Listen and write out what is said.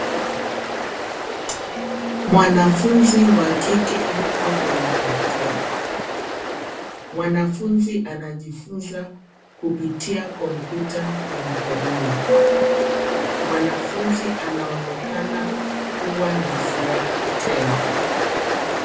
Mwanafunzi wa kike yuko kwenye maktaba, mwanafunzi anajifunza kupitia komputa ya mkononi. Mwanafunzi anaonekana kuwa na furaha tele.